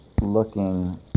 looking